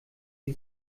die